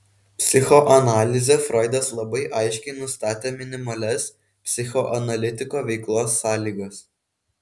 psichoanalize froidas labai aiškiai nustatė minimalias psichoanalitiko veiklos sąlygas